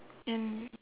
and